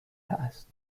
است